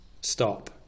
stop